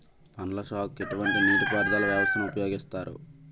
పండ్ల సాగుకు ఎటువంటి నీటి పారుదల వ్యవస్థను ఉపయోగిస్తారు?